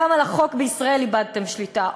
גם על החוק בישראל איבדתם שליטה.